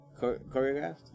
Choreographed